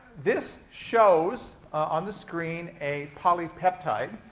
this shows, on the screen, a polypeptide.